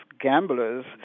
gamblers